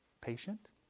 patient